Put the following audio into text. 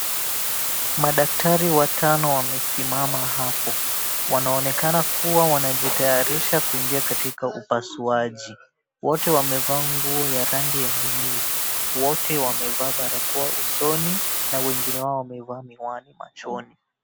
Madaktari watano wamesimama hapo. Wanaonekana kuwa wanajitayarisha kuingia katika upasuaji. Wote wamevaa nguo ya rangi ya buluu. Wote wamevaa barakoa usoni na wengine wao wamevaa miwani machoni.